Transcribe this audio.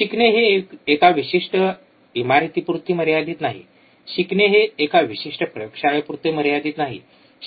शिकणे हे एका विशिष्ट इमारतीपुरते मर्यादित नाही शिकणे हे एका विशिष्ट प्रयोगशाळेपुरते मर्यादित नाही